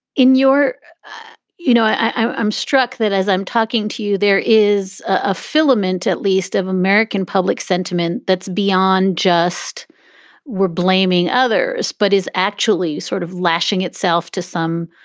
in your you know, i'm struck that as i'm talking to you, there is a filament at least of american public sentiment that's beyond just were blaming others but is actually sort of lashing itself to some,